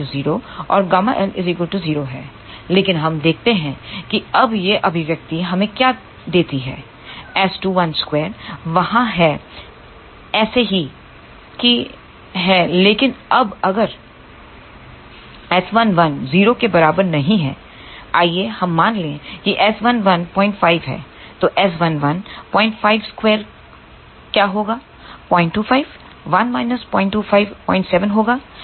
लेकिन हम देखते हैं कि अबयह अभिव्यक्ति हमें क्या देती है S212 वहा है ऐसे ही कि है लेकिन अब अगर S11 0 के बराबर नहीं है आइए हम मान लें कि S11 05 है तो S11 052 का क्या होगा 025 1 025 075 होगा